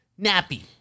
Nappy